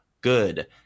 good